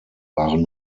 waren